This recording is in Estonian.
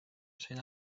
sain